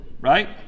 Right